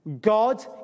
God